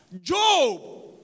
Job